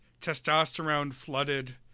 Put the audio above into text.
testosterone-flooded